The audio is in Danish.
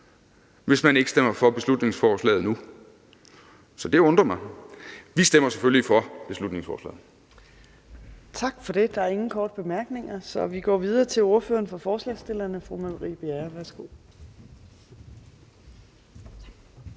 hvis man ikke stemmer for beslutningsforslaget nu. Så det undrer mig. Vi stemmer selvfølgelig for beslutningsforslaget. Kl. 14:43 Fjerde næstformand (Trine Torp): Tak for det. Der er ingen korte bemærkninger, så vi går videre til ordføreren for forslagsstillerne, fru Marie Bjerre. Værsgo.